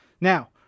now